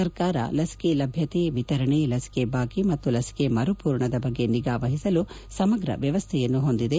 ಸರ್ಕಾರ ಲಸಿಕೆ ಲಭ್ಯತೆ ವಿತರಣೆ ಲಸಿಕೆ ಬಾಕಿ ಮತ್ತು ಲಸಿಕೆ ಮರುಪೂರಣದ ಬಗೆ ನಿಗಾ ವಹಿಸಲು ಸಮಗ್ರ ವ್ಯವಸ್ಥೆಯನ್ನು ಹೊಂದಿದೆ